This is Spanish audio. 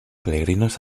peregrinos